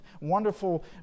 wonderful